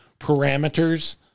parameters